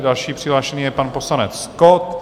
Dalším přihlášeným je pan poslanec Kott.